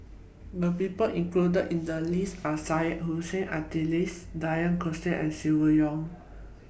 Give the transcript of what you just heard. The People included in The list Are Syed Hussein Alatas Denis D'Cotta and Silvia Yong